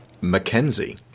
Mackenzie